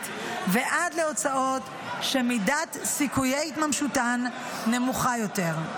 ועד להוצאות שמידת סיכויי התממשותן נמוכה יותר.